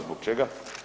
Zbog čega?